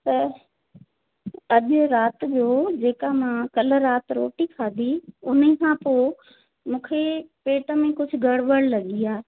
त अॼु राति जो जेका मां कल्ह राति रोटी खाधी उन्हीअ सां पोइ मूंखे पेट में कुझु गड़ॿड़ लॻी आहे